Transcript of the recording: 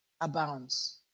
abounds